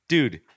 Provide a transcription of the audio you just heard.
Dude